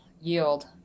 yield